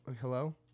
Hello